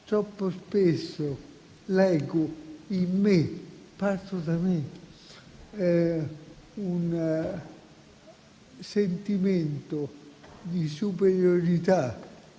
Troppo spesso leggo in me (parto da me) un sentimento di superiorità,